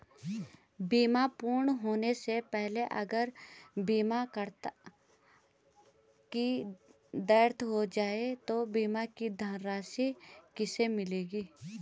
बीमा पूर्ण होने से पहले अगर बीमा करता की डेथ हो जाए तो बीमा की धनराशि किसे मिलेगी?